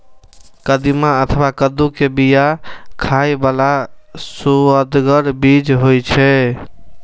कदीमा अथवा कद्दू के बिया खाइ बला सुअदगर बीज होइ छै